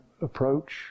approach